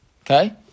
Okay